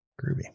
Groovy